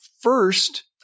first